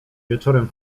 wieczorem